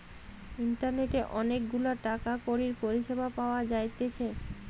ইন্টারনেটে অনেক গুলা টাকা কড়ির পরিষেবা পাওয়া যাইতেছে